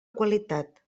qualitat